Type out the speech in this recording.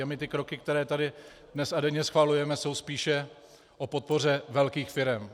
A ty kroky, které my tady dnes a denně schvalujeme, jsou spíše o podpoře velkých firem.